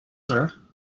sir